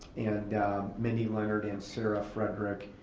and minnie lenard and sara fredrick-kanesick.